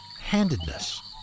handedness